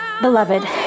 beloved